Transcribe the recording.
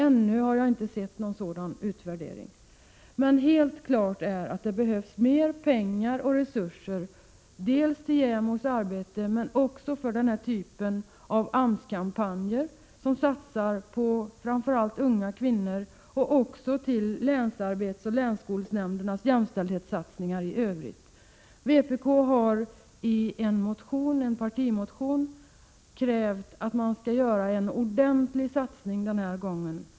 Ännu har jag inte sett någon sådan utvärdering, men helt klart är att det behövs mer pengar och resurser, såväl till JämO:s arbete som för AMS-kampanjer som satsar på framför allt unga kvinnor och också till länsarbetsnämndernas och länsskolnämndernas jämställdhetssatsningar i Övrigt. Vpk hari en partimotion krävt att man skall göra en ordentlig satsning den här gången.